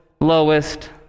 lowest